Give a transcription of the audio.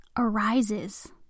arises